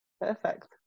Perfect